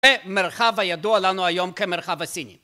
ומרחב הידוע לנו היום כמרחב הסיני